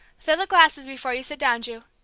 fill the glasses before you sit down, ju.